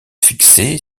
fixée